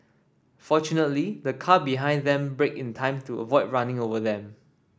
fortunately the car behind them braked in time to avoid running them over